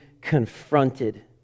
confronted